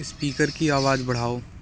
speaker की आवाज़ बढ़ाओ